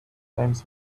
claims